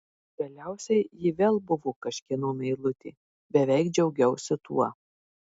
galiausiai ji vėl buvo kažkieno meilutė beveik džiaugiausi tuo